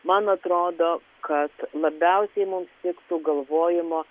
man atrodo kad labiausiai mums tiktų galvojimo